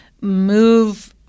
move